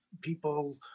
people